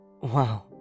wow